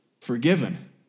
forgiven